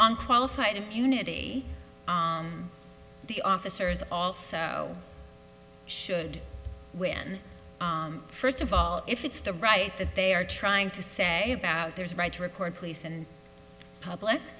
on qualified immunity from the officers also should when first of all if it's the right that they are trying to say about their rights record police and public